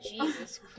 Jesus